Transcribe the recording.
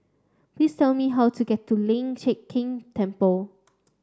please tell me how to get to Lian Chee Kek Temple